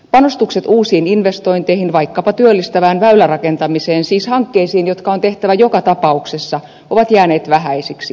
panostukset uusiin investointeihin vaikkapa työllistävään väylärakentamiseen siis hankkeisiin jotka on tehtävä joka tapauksessa ovat jääneet vähäisiksi